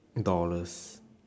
dollars